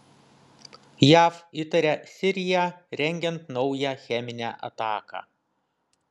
jav įtaria siriją rengiant naują cheminę ataką